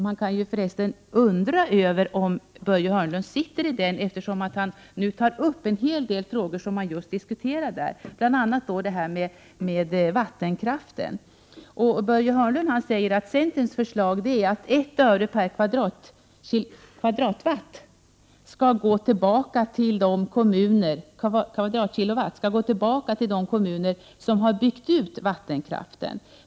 Man kan för resten undra om Börje Hörnlund verkligen deltar i den utredningen, eftersom han nu tar upp en hel del frågor som just diskuteras i utredningen, bl.a. vattenkraften. Börje Hörnlund säger att centerns förslag är att ett öre per kWt skall gå tillbaka till de kommuner som har byggt ut vattenkraften.